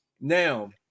now